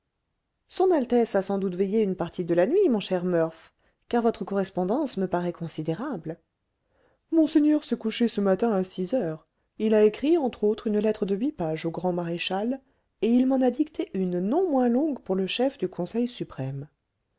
son altesse a sans doute veillé une partie de la nuit mon cher murph car votre correspondance me paraît considérable monseigneur s'est couché ce matin à six heures il a écrit entre autres une lettre de huit pages au grand maréchal et il m'en a dicté une non moins longue pour le chef du conseil suprême